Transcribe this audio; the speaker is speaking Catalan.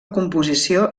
composició